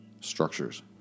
structures